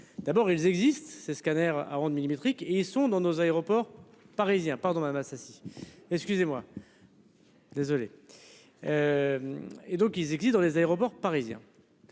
D'abord ils existent ces scanners à ondes millimétriques et ils sont dans nos aéroports parisiens pardon Madame Assassi excusez-moi. Désolé. Et donc ils existent dans les aéroports parisiens.